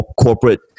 corporate